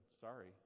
Sorry